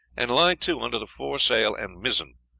and lie to under the foresail and mizzen,